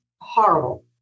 horrible